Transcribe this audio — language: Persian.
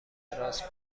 راست